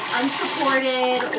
unsupported